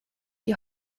die